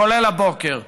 כולל הבוקר.